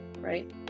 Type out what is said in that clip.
right